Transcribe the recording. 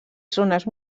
zones